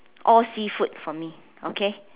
all seafood for me okay